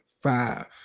Five